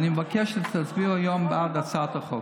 ואני מבקש שתצביעו היום בעד הצעת החוק.